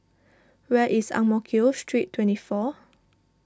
where is Ang Mo Kio Street twenty four